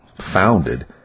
founded